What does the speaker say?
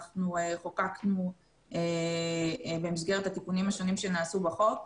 שחוקקנו במסגרת התיקונים השונים שנעשו בחוק.